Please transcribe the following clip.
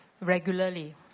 regularly